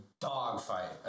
dogfight